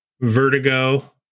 vertigo